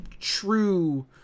true